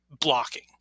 blocking